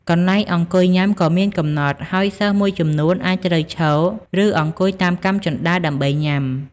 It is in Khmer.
កន្លែងអង្គុយញ៉ាំក៏មានកំណត់ ហើយសិស្សមួយចំនួនអាចត្រូវឈរ ឬអង្គុយតាមកាំជណ្ដើរដើម្បីញ៉ាំ។